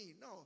No